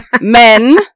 Men